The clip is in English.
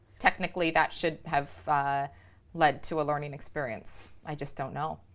technically that should have led to a learning experience. i just don't know.